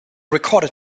recorded